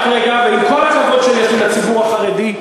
עם כל הכבוד שיש לי לציבור החרדי,